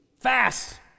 fast